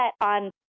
on